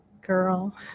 girl